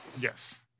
Yes